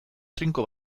trinko